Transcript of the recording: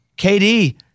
KD